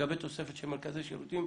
לגבי תוספת של מרכזי שירותים.